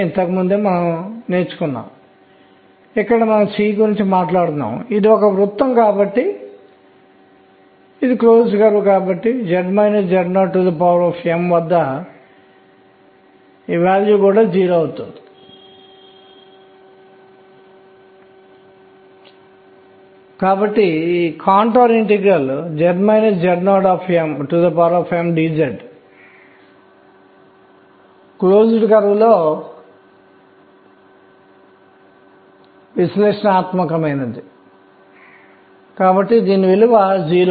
అయితే పరమాణు నిర్మాణాన్ని మరియు మనం అంగీకరించాల్సినవన్నీ వివరించడానికి మరియు ఇది ప్రయోగాత్మక ఆధారాలపై ఆధారపడి ఉంటుంది ఎలక్ట్రాన్ యొక్క సహజ ఇంట్రిన్సిస్ కోణీయ ద్రవ్యవేగం స్పిన్ కి సగం పూర్ణాంక గుణకం హాఫ్ ఇంటీజర్ మల్టిపుల్ ఆఫ్ యొక్క విలువను కలిగి ఉంటుంది s మరియు వ్యత్యాసం ఇప్పటికీ 1 అవుతుంది